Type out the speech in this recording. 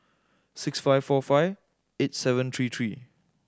six five four five eight seven three three